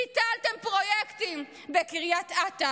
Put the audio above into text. ביטלתם פרויקטים בקריית אתא,